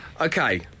Okay